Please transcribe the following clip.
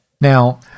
Now